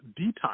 detox